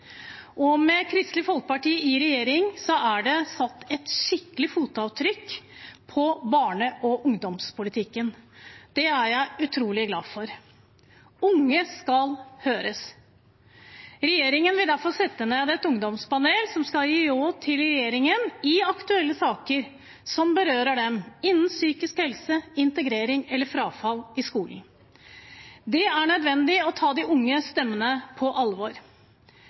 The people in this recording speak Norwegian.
deg. Med Kristelig Folkeparti i regjering er det satt et skikkelig fotavtrykk i barne- og familiepolitikken. Det er jeg utrolig glad for. De unge skal høres. Regjeringen vil derfor sette ned et ungdomspanel som skal gi råd til regjeringen i aktuelle saker som berører dem, innen psykisk helse, integrering eller frafall i skolen. Det er nødvendig å ta de unge stemmene på alvor.